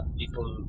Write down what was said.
people